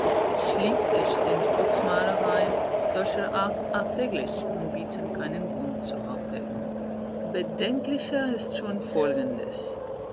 schließlich sind courths-mahlereien solcher art alltäglich und bieten keinen grund zur aufregung bedenklicher ist schon folgendes